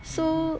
so